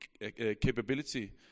capability